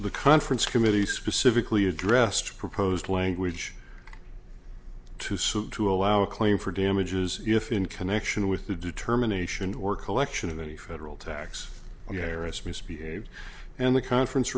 the conference committee specifically addressed proposed language to suit to allow a claim for damages if in connection with the determination or collection of any federal tax or yaris misbehaved and the conference